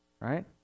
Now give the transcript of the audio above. Right